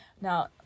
Now